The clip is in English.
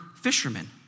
fishermen